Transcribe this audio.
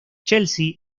chelsea